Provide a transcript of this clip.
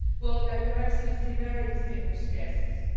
well your excellency, very distinguished guests,